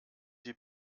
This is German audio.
die